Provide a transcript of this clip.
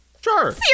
sure